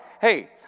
Hey